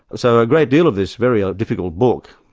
so a great deal of this very difficult book,